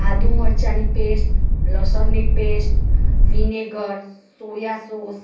આદું મરચાંની પેસ્ટ લસણની પેસ્ટ વિનેગર સોયા સોસ